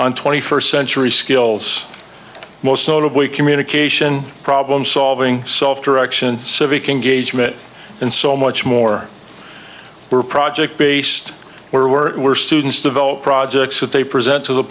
on twenty first century skills most notably communication problem solving self direction civic engagement and so much more were project based or were students develop projects that they present to the